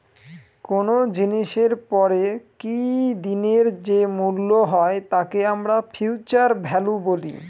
কোনো জিনিসের পরে কি দিনের যে মূল্য হয় তাকে আমরা ফিউচার ভ্যালু বলি